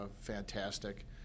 fantastic